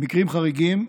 במקרים חריגים,